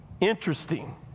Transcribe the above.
Interesting